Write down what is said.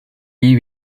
iyi